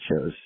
shows